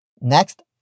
Next